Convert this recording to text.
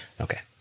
Okay